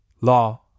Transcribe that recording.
law